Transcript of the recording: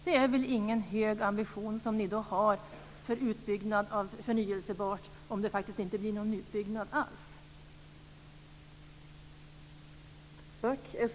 Det är väl ingen hög ambition som ni då har för utbyggnad av förnyelsebart, om det faktiskt inte blir någon utbyggnad alls.